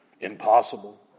Impossible